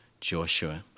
Joshua